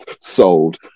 sold